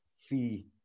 fee